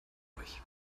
euch